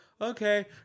Okay